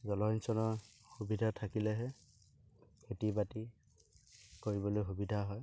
জলসিঞ্চনৰ সুবিধা থাকিলেহে খেতি বাতি কৰিবলৈ সুবিধা হয়